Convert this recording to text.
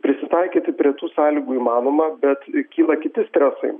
prisitaikyti prie tų sąlygų įmanoma bet kyla kiti stresai